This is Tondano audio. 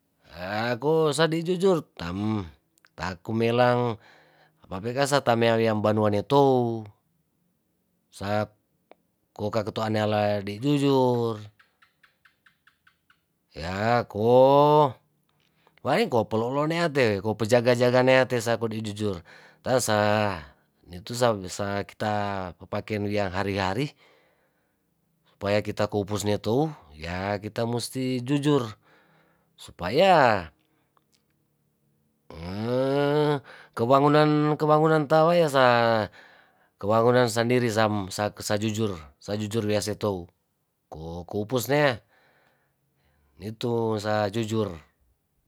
Haaa ko sadi jujur tam, takumelang apapi kasa temya weyang banua netu, sa kokatua neala di' jujur yaa koh waeng ko polo' loaten ko pejaga jaga neate sa kodi' jujur tansa nitu sawesa kita papaken wiang hari- hari supaya kita koupus netou yaa kita musti jujur supaya kebagunan kebagunan tawai ya saa kewagunan sandiri sam sa sajujur. Sajujur wiasetou ko koupus nea, nito sa jujur.